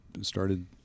started